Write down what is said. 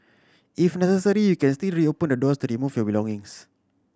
if necessary you can still reopen the doors to remove your belongings